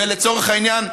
ולצורך העניין,